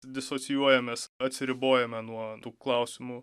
disocijuojamės atsiribojame nuo tų klausimų